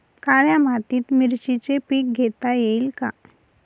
काळ्या मातीत मिरचीचे पीक घेता येईल का?